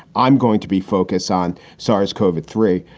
i'm going to be focused on sars covid three.